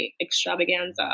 extravaganza